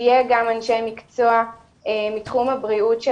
שיהיו גם אנשי מקצוע מתחום הבריאות של